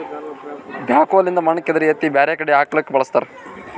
backhoe ಲಿಂದ್ ಮಣ್ಣ್ ಕೆದರಿ ಎತ್ತಿ ಬ್ಯಾರೆ ಕಡಿ ಹಾಕ್ಲಕ್ಕ್ ಬಳಸ್ತಾರ